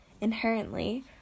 inherently